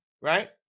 right